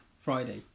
Friday